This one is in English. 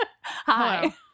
hi